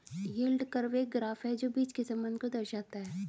yield curve एक graph है जो बीच के संबंध को दर्शाता है